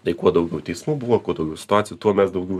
tai kuo daugiau teismų buvo kuo daugiau situacijų tuo mes daugiau